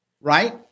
right